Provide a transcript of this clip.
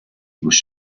vous